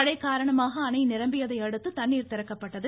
மழை காரணமாக அணை நிரம்பியதை அடுத்து தண்ணீர் திறக்கப்பட்டது